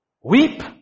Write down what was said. weep